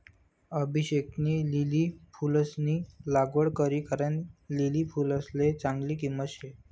अभिषेकनी लिली फुलंसनी लागवड करी कारण लिली फुलसले चांगली किंमत शे